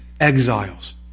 exiles